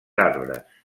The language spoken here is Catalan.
arbres